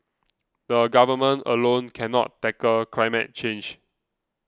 the Government alone cannot tackle climate change